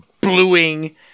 bluing